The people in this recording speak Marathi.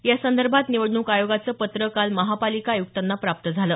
यासंदर्भात निवडणूक आयोगाचं पत्र काल महापालिका आयुक्तांना प्राप्त झालं